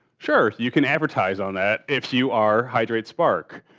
sure, you can advertise on that if you are hydrate spark.